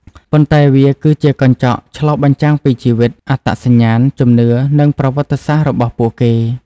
ប៉ុន្តែវាគឺជាកញ្ចក់ឆ្លុះបញ្ចាំងពីជីវិត អត្តសញ្ញាណ ជំនឿ និងប្រវត្តិសាស្ត្ររបស់ពួកគេ។